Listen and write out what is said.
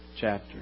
chapter